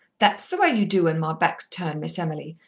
that's the way you do when my back's turned, miss emily,